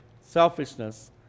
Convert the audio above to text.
selfishness